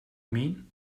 mean